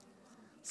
אז קודם כול,